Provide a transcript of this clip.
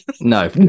No